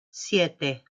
siete